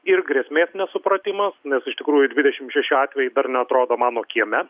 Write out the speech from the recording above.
ir grėsmės nesupratimas nes iš tikrųjų dvidešim šeši atvejai dar neatrodo mano kieme